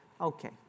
Okay